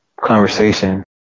conversation